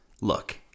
Look